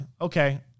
okay